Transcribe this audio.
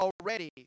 already